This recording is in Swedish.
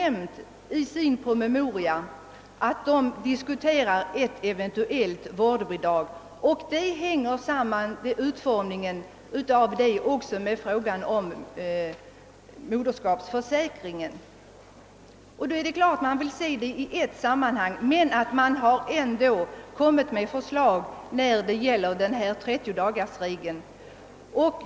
Kommittén säger i sin promemoria att den diskuterar ett eventuellt vårdbidrag. Hur detta skall utformas hör samman med frågan om moderskapsförsäkringen och måste ses i samband med den. Kommittén har dock lagt fram förslag beträffande 30-dagarsregeln.